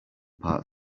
part